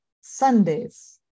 Sundays